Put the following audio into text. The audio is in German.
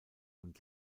und